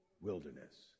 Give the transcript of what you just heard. wilderness